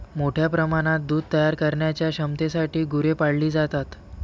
मोठ्या प्रमाणात दूध तयार करण्याच्या क्षमतेसाठी गुरे पाळली जातात